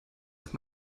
auf